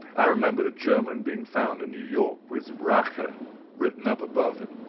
i remembered a german being found in new york with rache written up above him,